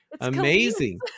Amazing